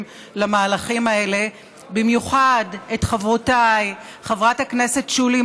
למהלכים האלה במיוחד את חברותיי חברת הכנסת שולי